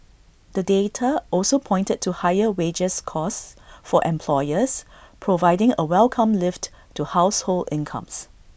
the data also pointed to higher wages costs for employers providing A welcome lift to household incomes